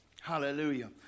Hallelujah